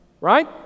right